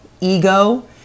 ego